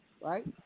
Right